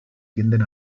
tienden